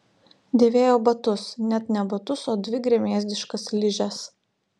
dėvėjo batus net ne batus o dvi gremėzdiškas ližes